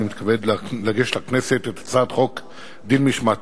אני מתכבד להגיש לכנסת את הצעת חוק דין משמעתי